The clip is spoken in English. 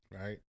right